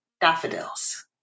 daffodils